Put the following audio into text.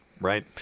Right